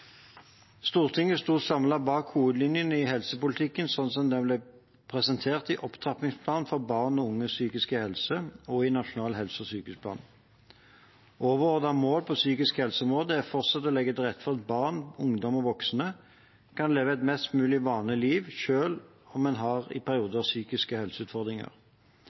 Stortinget sto samlet bak hovedlinjene i helsepolitikken slik den ble presentert i Opptrappingsplan for barn og unges psykiske helse og i Nasjonal helse- og sykehusplan. Det overordnede målet på psykisk helse-området er fortsatt å legge til rette for at barn, ungdom og voksne kan leve et mest mulig vanlig liv selv om de i perioder har psykiske helseutfordringer.